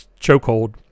chokehold